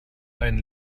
ein